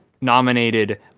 nominated